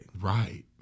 Right